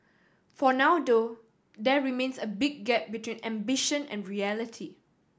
for now though there remains a big gap between ambition and reality